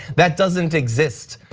that doesn't exist.